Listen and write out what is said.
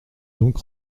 donc